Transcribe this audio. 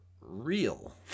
real